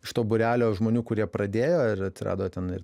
iš to būrelio žmonių kurie pradėjo ir atsirado ten ir